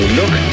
look